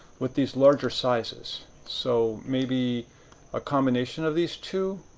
with these larger sizes. so, maybe a combination of these two,